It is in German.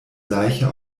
leiche